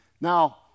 Now